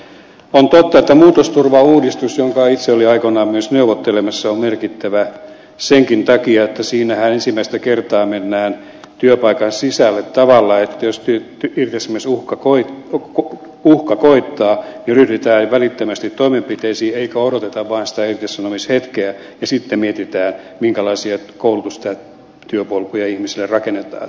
on totta että muutosturvauudistus jonka itse olin aikoinaan myös neuvottelemassa on merkittävä senkin takia että siinähän ensimmäistä kertaa mennään työpaikan sisälle tavalla että jos irtisanomisuhka koittaa niin ryhdytään välittömästi toimenpiteisiin eikä odoteta vain sitä irtisanomishetkeä ja sitten mietitä minkälaista koulutusta ja työpolkuja ihmisille rakennetaan